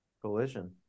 Collision